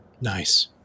Nice